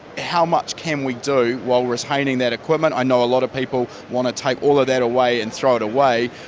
how much can we do while retaining that equipment? i know a lot of people want to take all of that away and throw it away.